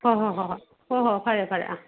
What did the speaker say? ꯍꯣ ꯍꯣ ꯍꯣ ꯍꯣꯏ ꯍꯣ ꯍꯣ ꯐꯔꯦ ꯐꯔꯦ